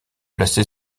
placé